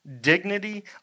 dignity